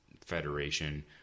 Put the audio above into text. federation